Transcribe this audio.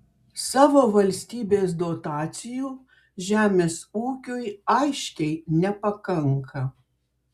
savo valstybės dotacijų žemės ūkiui aiškiai nepakanka